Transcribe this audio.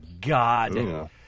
God